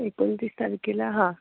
एकोणतीस तारखेला हा